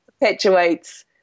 perpetuates